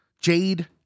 Jade